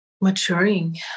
maturing